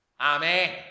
Amen